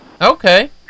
Okay